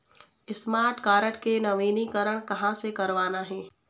Smart card के नवीनीकरण कहां से करवाना हे?